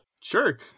Sure